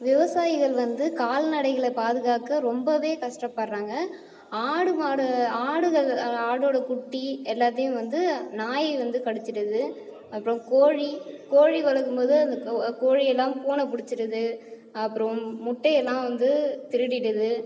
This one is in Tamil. விவசாயிகள் வந்து கால்நடைகளை பாதுகாக்க ரொம்பவே கஷ்டப்படுகிறாங்க ஆடு மாடு ஆடுகள் ஆடோடய குட்டி எல்லாத்தியும் வந்து நாய் வந்து கடிச்சுடுது அப்புறம் கோழி கோழி வளர்க்கும் போது அந்த கோ கோழி எல்லாம் பூன பிடிச்சிடுது அப்புறோம் முட்டை எல்லாம் வந்து திருடிடுது